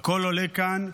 הכול עולה כאן.